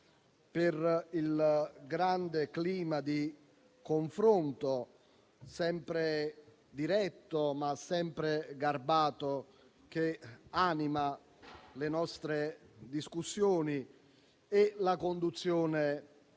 per il grande clima di confronto, sempre diretto ma garbato, che anima le nostre discussioni e la conduzione